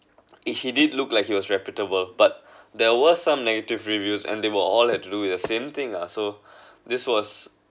it he did look like he was reputable but there were some negative reviews and they were all had to do with the same thing ah so this was